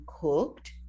cooked